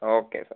okay sir